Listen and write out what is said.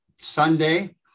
Sunday